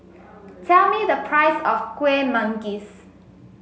tell me the price of Kueh Manggis